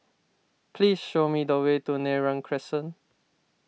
please show me the way to Neram Crescent